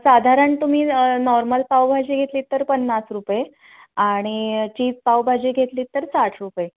साधारण तुम्ही नॉर्मल पावभाजी घेतली तर पन्नास रुपये आणि चीज पावभाजी घेतलीत तर साठ रुपये